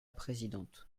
présidente